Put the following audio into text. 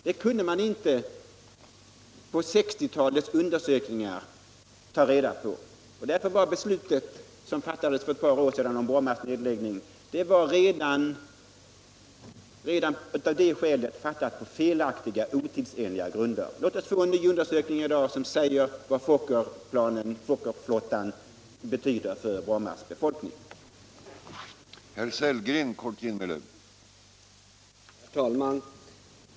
Det kunde man inte ta reda på vid undersökningarna på 1960-talet. Därför var det beslut om Brommas nedläggning som fattades för ett par år sedan redan av det skälet fattat på felaktiga och otidsenliga grunder. Låt oss få en ny undersökning som säger vad Fokkerflottan betyder för Brommas befolkning. Bibehållande av Bromma flygplats Bromma flygplats